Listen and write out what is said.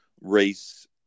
race